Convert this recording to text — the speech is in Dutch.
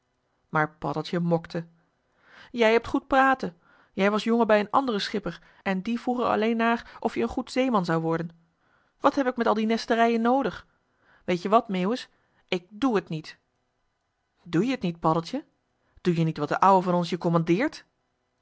maar paddeltje mokte je hebt goed praten jij was jongen bij een anderen schipper en die vroeg er alleen naar of je een goed zeeman zou worden wat heb ik met al die nesterijen noodig weet-je wat meeuwis ik d o e het niet doe je t niet paddeltje doe je niet wat d'n ouwe van ons